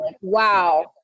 wow